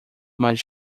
mas